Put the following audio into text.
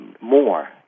More